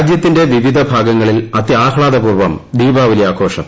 രാജ്യത്തിന്റെ വിവിധ ഭാഗങ്ങളിൽ അത്യാഹ്താദപൂർവ്വം ദീപാവലി ആഘോഷം